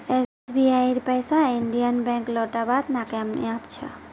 एसबीआईर पैसा Indian Bank लौटव्वात नाकामयाब छ